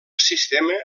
sistema